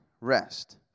rest